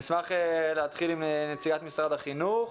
נשמח להתחיל עם נציגת משרד החינוך.